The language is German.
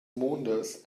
mondes